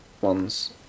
ones